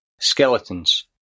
Skeletons